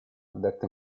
dette